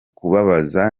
kubabaza